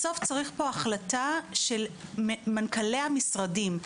בסוף צריך פה החלטה של מנכ"לי המשרדים.